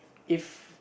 if